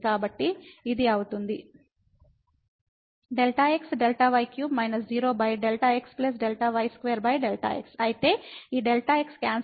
కాబట్టి ఇది అవుతుంది Δx Δy3 − 0Δx Δy2 Δx ఈ Δx క్యాన్సల్ చేయబడుతుంది